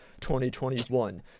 2021